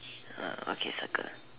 uh okay circle